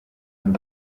w’u